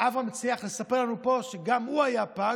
אברהם הצליח לספר לנו פה שגם הוא היה פג